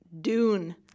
Dune